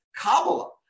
Kabbalah